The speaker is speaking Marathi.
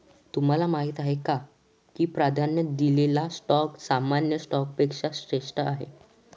तुम्हाला माहीत आहे का की प्राधान्य दिलेला स्टॉक सामान्य स्टॉकपेक्षा श्रेष्ठ आहे?